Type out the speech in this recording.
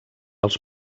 als